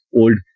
old